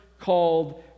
called